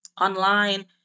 online